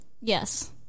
Yes